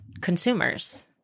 consumers